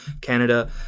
Canada